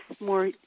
more